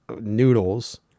noodles